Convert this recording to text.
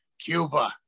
Cuba